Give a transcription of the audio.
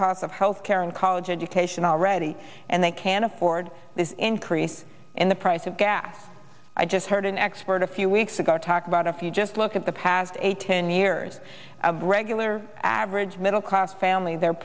cost of health care and college education already and they can afford this increase in the price of gas i just heard an expert a few weeks ago talk about if you just look at the past eight ten years of regular average middle class family the